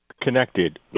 connected